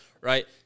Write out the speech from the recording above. Right